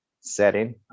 setting